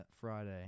Friday